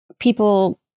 People